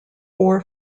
four